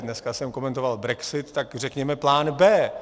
Dneska jsem komentoval brexit, tak řekněme plán B.